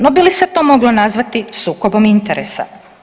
No, bi li se to moglo nazvati sukobom interesa?